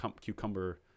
Cucumber